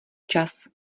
čas